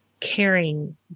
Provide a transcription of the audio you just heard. caring